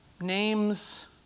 names